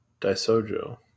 Daisojo